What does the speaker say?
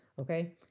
okay